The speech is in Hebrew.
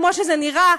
כמו שזה נראה,